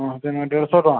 ହଁ ସେନେ ଦେଢ଼ଶହ ଟଙ୍କା